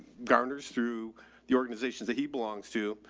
garners through the organizations that he belongs to.